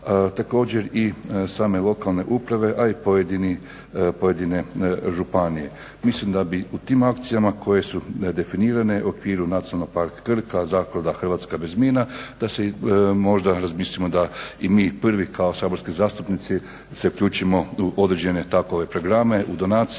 Također i same lokalne uprave a i pojedine županije. Mislim da bi u tim akcijama koje su nedefinirane u okviru Nacionalnog parka Krka, Zaklada Hrvatska bez mina da si možda razmislimo da i mi prvi kao saborski zastupnici se uključimo u određene takove programe, u donacije,